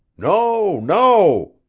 no no,